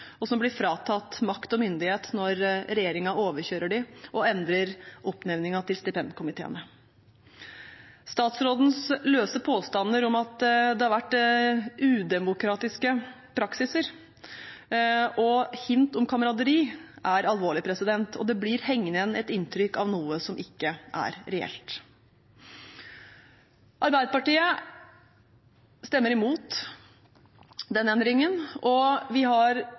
– som blir fratatt makt og myndighet når regjeringen overkjører dem og endrer oppnevningen til stipendkomiteene. Statsrådens løse påstander om at det har vært udemokratisk praksis og hint om kameraderi, er alvorlig, og det blir hengende igjen et inntrykk av noe som ikke er reelt. Arbeiderpartiet stemmer imot den endringen, og vi har